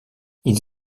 ils